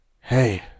Hey